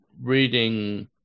reading